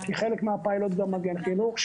כי חלק מהפיילוט זה גם מגן חינוך,